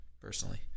personally